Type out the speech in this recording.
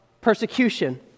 persecution